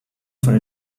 for